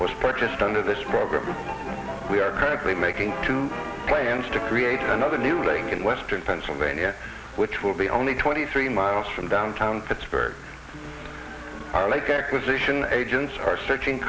purchased under this program we are currently making two planes to create another new lake in western pennsylvania which will be only twenty three miles from downtown pittsburgh are like acquisition agents are searching